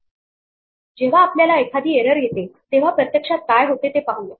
जेव्हा आपल्याला एखादी एरर येते तेव्हा प्रत्यक्षात काय होते ते पाहूया